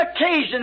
occasion